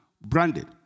branded